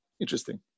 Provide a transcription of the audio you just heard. interesting